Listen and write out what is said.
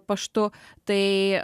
paštu tai